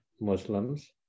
Muslims